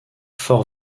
fort